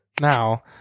now